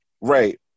right